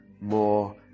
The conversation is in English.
more